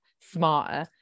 smarter